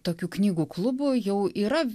tokių knygų klubų jau yra